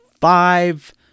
five